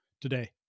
today